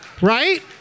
right